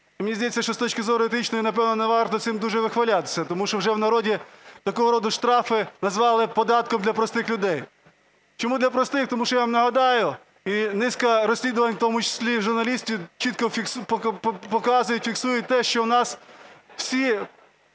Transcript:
Мені здається, що з точки зору етичної, напевно, не варто цим дуже вихвалятись. Тому що вже в народі такого роду штрафи назвали "податком для простих людей". Чому для простих, тому що, я вам нагадаю, і низка розслідувань в тому числі і журналістів чітко показують, фіксують те, що у нас всі